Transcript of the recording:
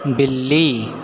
बिल्ली